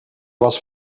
was